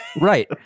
Right